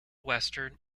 western